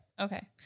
Okay